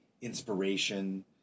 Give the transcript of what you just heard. inspiration